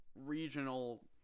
regional